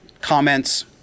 Comments